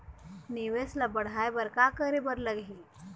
निवेश ला बढ़ाय बर का करे बर लगही?